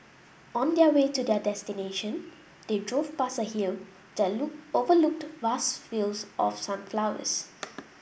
on their way to their destination they drove past a hill that look overlooked vast fields of sunflowers